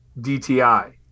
DTI